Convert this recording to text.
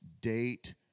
Date